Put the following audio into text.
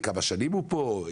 כמה שנים הוא פה,